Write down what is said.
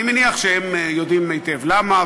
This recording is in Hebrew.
אני מניח שהם יודעים היטב למה.